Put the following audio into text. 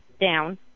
down